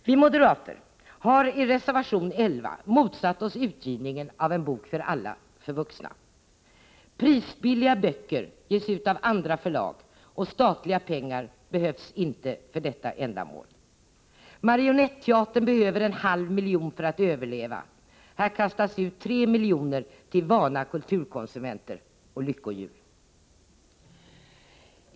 Vi moderater har i reservation 11 motsatt oss utgivningen av En bok för alla för vuxna. Prisbilliga böcker ges ut av andra förlag, och statliga pengar behövs inte för detta ändamål. Marionetteatern behöver en halv miljon för att överleva. Här kastas det ut 3 milj.kr. till vana kulturkonsumenter och lyckohjul.